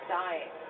dying